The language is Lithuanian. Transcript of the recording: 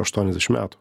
aštuoniasdešimt metų